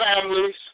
families